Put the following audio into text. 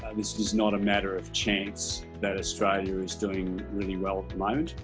and this is not a matter of chance that australia is doing really well at the moment,